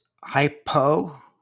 hypo-